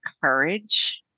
courage